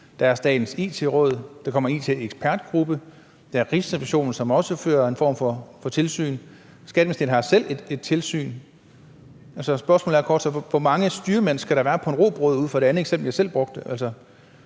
der er Statens It-råd, der kommer en it-ekspertgruppe, der er Rigsrevisionen, som også fører en form for tilsyn, og Skatteministeriet har selv et tilsyn. Så spørgsmålet er kort ud fra